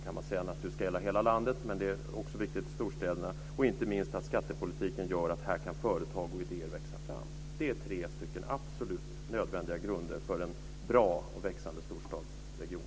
Det ska naturligtvis gälla hela landet, men det är också viktigt för storstäderna. Inte minst ska skattepolitiken göra att företag och idéer kan växa fram. Detta är tre absolut nödvändiga grunder för en politik för en bra och växande storstadsregion.